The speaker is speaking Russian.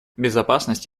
безопасность